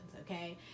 okay